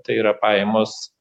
tai yra pajamos